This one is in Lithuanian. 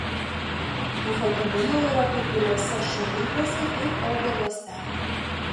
bufotenino yra kai kuriuose šungrybiuose ir augaluose